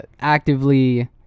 actively